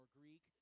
Greek